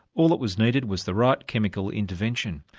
all that was needed was the right chemical intervention.